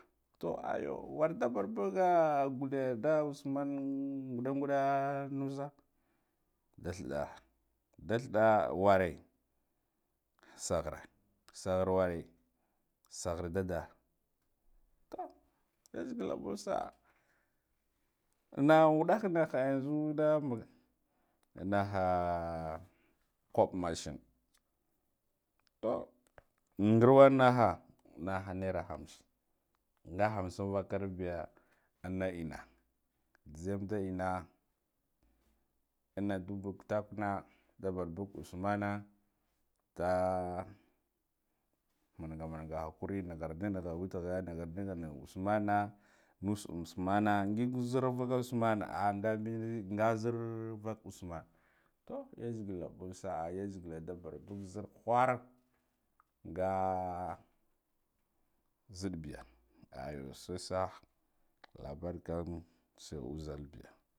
Toh aya warda barbuga ngadde nda usman nda ngudda nasa, da thidar da thida worne saghare saghar worre saghar dadda, toh yazegala ba sara nan waddah an nahe zudan bal an naba kubba mashin, toh ngarwa an maha naha naira hamsin nga hamsin vakar viya anna enna nzeyam, da enna anna dubu kitakwen na du barbug umana nda manga manga hakuri nkhardi nkha wetekha nakhardi nakha usmana nas usmana ngig nzara voka usmana ngabe nga nzar vaka usman, toh yazegala bu sa'a yazegala da barbag nzar khur nga nzidd biya ayu ai sakhle labarikam.